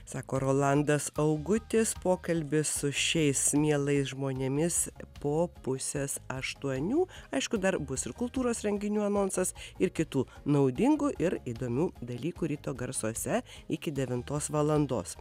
sako rolandas augutis pokalbis su šiais mielais žmonėmis po pusės aštuonių aišku dar bus ir kultūros renginių anonsas ir kitų naudingų ir įdomių dalykų ryto garsuose iki devintos valandos